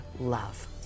love